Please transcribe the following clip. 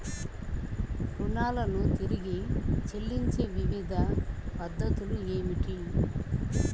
రుణాలను తిరిగి చెల్లించే వివిధ పద్ధతులు ఏమిటి?